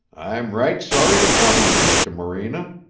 i'm right sorry to trouble you, mr. morena.